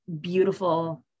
beautiful